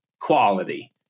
quality